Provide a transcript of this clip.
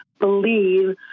believe